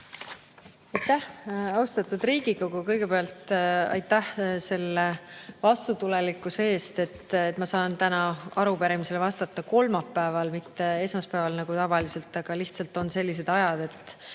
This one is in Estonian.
Aitäh! Austatud Riigikogu! Kõigepealt aitäh selle vastutulelikkuse eest, et ma saan täna arupärimisele vastata kolmapäeval, mitte esmaspäeval nagu tavaliselt. Lihtsalt on sellised ajad, et